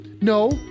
No